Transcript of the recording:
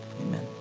Amen